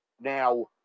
Now